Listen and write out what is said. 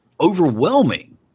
overwhelming